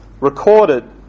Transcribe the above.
recorded